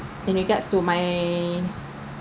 in regards to my